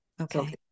Okay